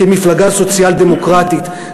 כמפלגה סוציאל-דמוקרטית,